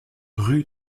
rue